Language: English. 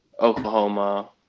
Oklahoma